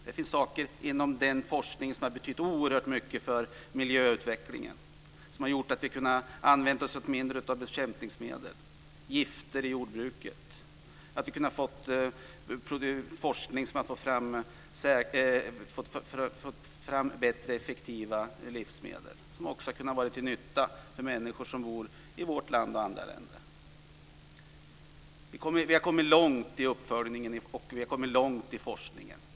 Det finns saker inom den forskningen som har betytt oerhört mycket för miljöutvecklingen, som har gjort att vi kan använda mindre bekämpningsmedel och färre gifter i jordbruket. Forskningen har lett till bättre och effektivare livsmedel, till nytta för människor som bor i vårt land och i andra länder. Vi har kommit långt i uppföljningen, och vi har kommit långt i forskningen.